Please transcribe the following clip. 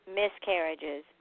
miscarriages